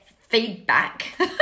feedback